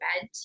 bed